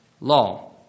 law